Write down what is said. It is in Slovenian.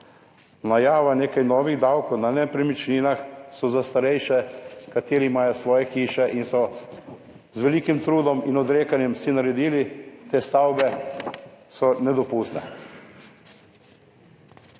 Najava nekaj novih davkov na nepremičninah so za starejše, kateri imajo svoje hiše in so z velikim trudom in odrekanjem si naredili te stavbe so nedopustne.